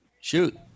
Shoot